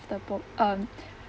the both um